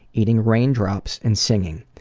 eating raindrops, and singing.